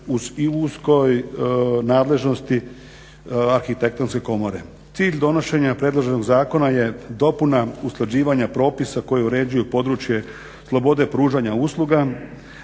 je u uskoj nadležnosti arhitektonske komore. Cilj donošenja predloženog zakona je dopuna usklađivanja propisa koji uređuju područje slobode pružanja usluga